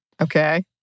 Okay